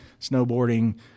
snowboarding